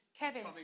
Kevin